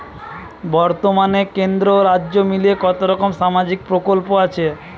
বতর্মানে কেন্দ্র ও রাজ্য মিলিয়ে কতরকম সামাজিক প্রকল্প আছে?